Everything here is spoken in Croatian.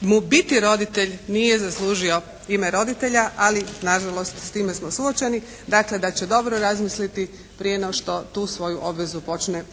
mu biti roditelj nije zaslužio ime roditelja, ali nažalost s time smo suočeni. Dakle da će dobro razmisliti prije no što tu svoju obvezu počne